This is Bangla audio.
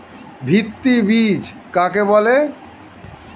ভিত্তি বীজ কাকে বলে?